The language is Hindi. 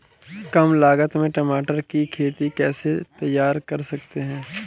कम लागत में टमाटर की खेती कैसे तैयार कर सकते हैं?